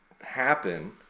happen